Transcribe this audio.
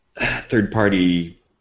third-party